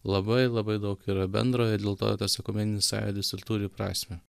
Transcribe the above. labai labai daug yra bendro ir dėl to tas ekumeninis sąjūdis ir turi prasmę